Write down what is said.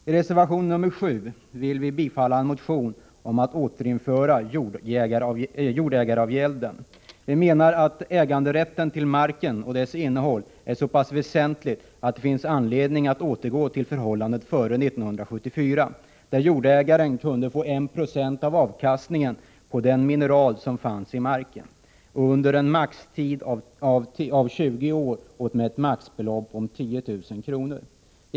I reservation 7 vill vi bifalla en motion om att återinföra jordägaravgälden. Vi menar att äganderätten till marken och dess innehåll är så pass väsentlig att det finns anledning att återgå till förhållandet före 1974 där jordägaren kunde få 1 90 av avkastningen på den mineral som fanns i marken under en maximitid av 20 år och med ett maximibelopp om 10 000 kr.